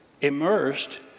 immersed